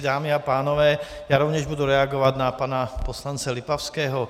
Dámy a pánové, já rovněž budu reagovat na pana poslance Lipavského.